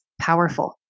powerful